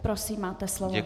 Prosím, máte slovo.